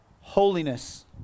holiness